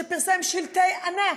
שפרסם שלטי ענק: